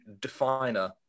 definer